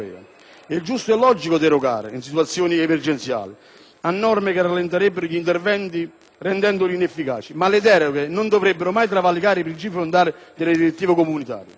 È giusto e logico derogare, in situazioni emergenziali, a norme che rallenterebbero gli interventi rendendoli inefficaci. Ma le deroghe non dovrebbero mai travalicare i principi fondamentali delle direttive comunitarie.